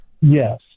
yes